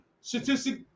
statistic